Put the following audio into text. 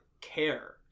care